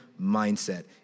mindset